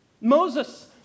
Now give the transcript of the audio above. Moses